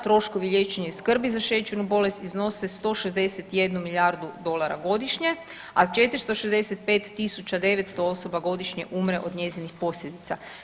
Troškovi liječenja skrbi za šećernu bolest iznose 161 milijardu dolara godišnje, a 465.900 osoba godišnje umre od njezinih posljedica.